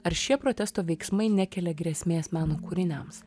ar šie protesto veiksmai nekelia grėsmės meno kūriniams